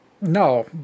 no